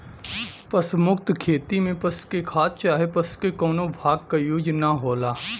पशु मुक्त खेती में पशु के खाद चाहे पशु के कउनो भाग क यूज ना होला